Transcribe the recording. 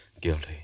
Guilty